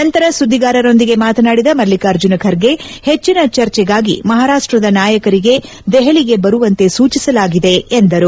ನಂತರ ಸುದ್ದಿಗಾರರೊಂದಿಗೆ ಮಾತನಾಡಿದ ಮಲ್ಲಿಕಾರ್ಜುನ ಖರ್ಗೆ ಹೆಚ್ವಿನ ಚರ್ಚೆಗಾಗಿ ಮಹಾರಾಷ್ಟದ ನಾಯಕರಿಗೆ ದೆಹಲಿಗೆ ಬರುವಂತೆ ಸೂಚಿಸಲಾಗಿದೆ ಎಂದರು